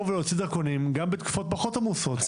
ולהוציא דרכונים גם בתקופות פחות עמוסות.